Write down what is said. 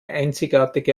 einzigartige